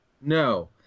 no